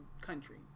country